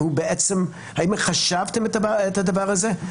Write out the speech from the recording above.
האם חישבתם את הדבר הזה?